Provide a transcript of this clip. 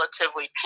relatively